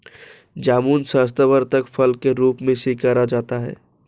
जामुन स्वास्थ्यवर्धक फल के रूप में स्वीकारा जाता है